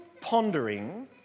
pondering